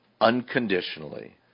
unconditionally